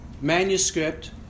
manuscript